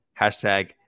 Hashtag